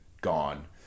gone